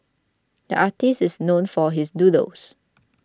the artist is known for his doodles